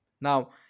now